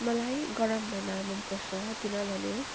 मलाई गरम महिना मनपर्छ किनभने